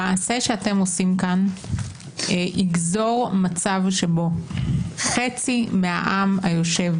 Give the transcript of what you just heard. המעשה שאתם עושים כאן יגזור מצב שבו חצי מהעם היושב